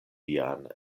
vian